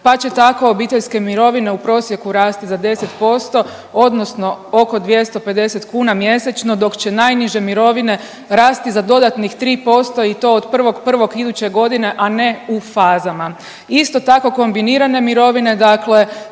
pa će tako obiteljske mirovine u prosjeku rasti za 10% odnosno oko 250 kuna mjesečno dok će najniže mirovine rasti za dodatnih 3% i to od 1.1. iduće godine, a ne u fazama. Isto tako kombinirane mirovine dakle